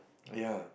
ya